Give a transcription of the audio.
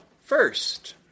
first